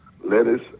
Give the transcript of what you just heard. Lettuce